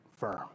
firm